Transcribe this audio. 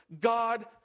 God